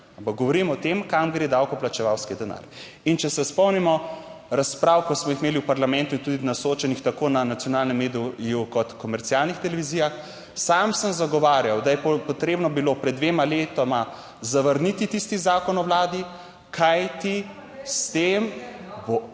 govorim o tem, kam gre davkoplačevalski denar. In če se spomnimo razprav, ki smo jih imeli v parlamentu tudi na soočenjih tako na nacionalnem mediju, kot komercialnih televizijah, sam sem zagovarjal, da je potrebno bilo pred dvema letoma zavrniti tisti zakon o Vladi, kajti s tem bo...